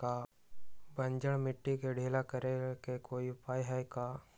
बंजर मिट्टी के ढीला करेके कोई उपाय है का?